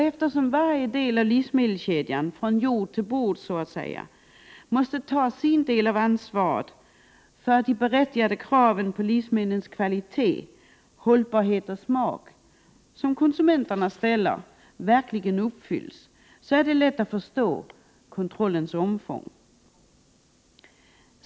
Eftersom varje del av livsmedelskedjan — från jord till bord — måste ta sin del av ansvaret för att de berättigade kraven som konsumenterna ställer på livsmedlens kvalitet, hållbarhet och smak verkligen uppfylls, är det lätt att förstå kontrollens omfång.